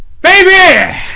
Baby